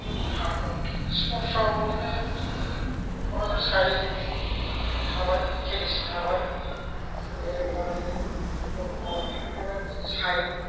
sports आव बिदिनो क'क्राझार साइ थाबाय केदिसि थाबाय ओरै जेनेबा दरखंआव थाफैबाय साइ